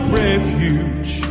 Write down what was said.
refuge